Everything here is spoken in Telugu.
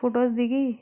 ఫొటోస్ దిగి